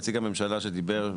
נציג הממשלה שדיבר,